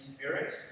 Spirit